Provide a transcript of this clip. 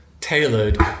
tailored